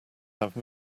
have